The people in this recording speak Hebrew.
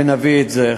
ונביא את זה.